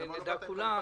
שנדע כולם,